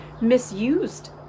misused